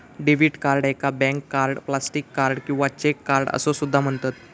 debit card याका bank card, plastic card किंवा check card असो सुद्धा म्हणतत